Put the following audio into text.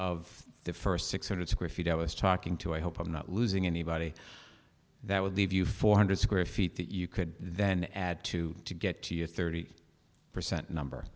of the first six hundred square feet i was talking to i hope i'm not losing anybody that would leave you four hundred square feet that you could then add to to get to your thirty percent number